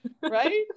right